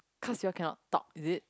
cause you all cannot talk is it